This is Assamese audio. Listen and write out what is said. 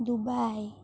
ডুবাই